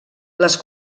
les